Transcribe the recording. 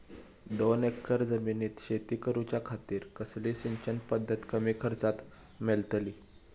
दोन एकर जमिनीत शेती करूच्या खातीर कसली सिंचन पध्दत कमी खर्चात मेलतली?